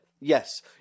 yes